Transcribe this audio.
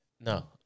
No